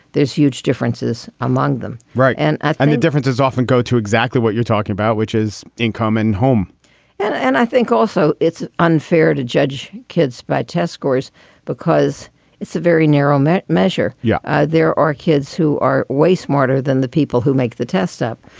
there's huge differences among them. right and the differences often go to exactly what you're talking about, which is income and home and and i think also it's unfair to judge kids by test scores because it's a very narrow net measure. yeah, there are kids who are way smarter than the people who make the test up.